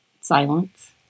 silence